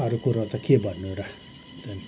अरू कुरो त के भन्नु र